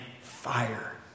fire